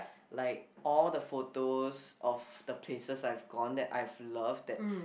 like all the photos of the places I've gone that I've loved that